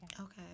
Okay